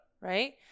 Right